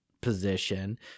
position